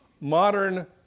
modern